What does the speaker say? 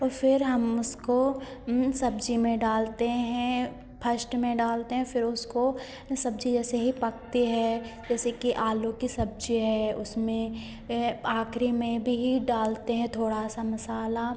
और फिर हम उसको सब्ज़ी में डालते हैं फर्स्ट में डालते हैं फिर उसको सब्ज़ी जैसे ही पकती है जैसे कि आलू की सब्ज़ी है उसमें आखिरी में भी डालते हैं थोड़ा सा मसाला